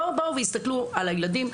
לא הסתכלו על הילדים,